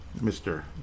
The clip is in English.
Mr